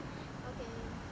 okay